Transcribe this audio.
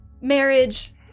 marriage